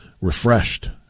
refreshed